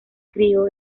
crio